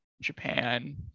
Japan